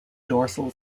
dorsal